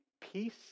peace